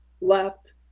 left